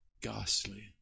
Ghastly